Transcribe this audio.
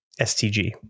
STG